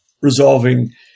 resolving